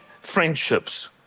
friendships